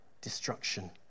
destruction